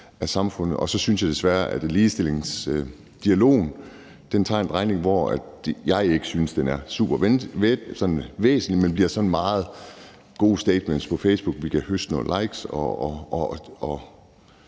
af samfundet. Så synes jeg desværre, at ligestillingsdialogen tager en drejning, hvor jeg ikke synes, at den er supervæsentlig, men hvor det meget kommer til at handle om gode statements på Facebook. Vi kan høste nogle likes og